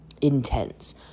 intense